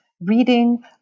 reading